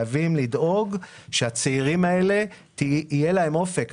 חייבים לדאוג שהצעירים האלה יהיה להם אופק.